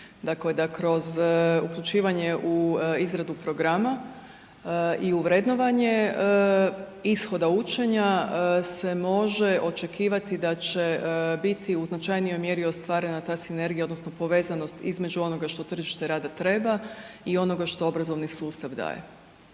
Dakle, da kroz uključivanje u izradu programa i u vrednovanje ishoda učenja se može očekivati da će biti u značajnijoj mjeri ostvarena ta sinergija odnosno povezanost između onoga što tržište rada treba i onoga što obrazovni sustav daje.